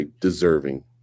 deserving